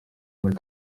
muri